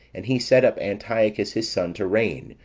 and he set up antiochus, his son, to reign,